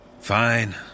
Fine